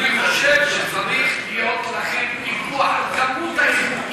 אני חושב שצריך להיות לכם פיקוח על כמות היבוא,